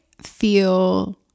feel